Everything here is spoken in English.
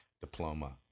diploma